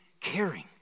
caring